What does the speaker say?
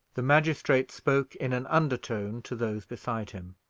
the magistrate spoke in an under-tone to those beside him.